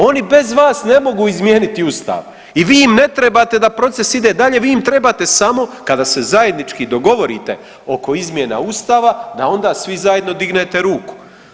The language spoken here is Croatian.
Oni bez vas ne mogu izmijeniti Ustav i vi im ne trebate da proces ide dalje, vi im trebate samo kada se zajednički dogovorite oko izmjena Ustava, da onda svi zajedno dignete ruku.